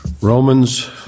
Romans